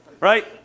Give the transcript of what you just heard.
right